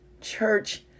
church